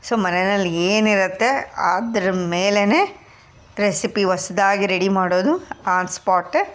so ಮನೆನಲ್ಲಿ ಏನು ಇರುತ್ತೆ ಅದ್ರ ಮೇಲೆಯೇ ರೆಸಿಪಿ ಹೊಸ್ದಾಗಿ ರೆಡಿ ಮಾಡೋದು ಆನ್ ಸ್ಪಾಟ